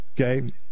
Okay